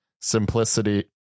simplicity